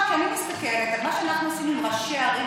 כשאני מסתכלת על מה שאנחנו עושים עם ראשי הערים,